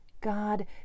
God